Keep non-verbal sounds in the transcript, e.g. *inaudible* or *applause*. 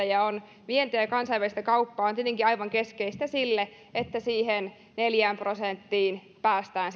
*unintelligible* ja vientiä ja kansainvälistä kauppaa on tietenkin aivan keskeistä sille että siihen neljään prosenttiin bktstä päästään *unintelligible*